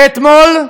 ואתמול,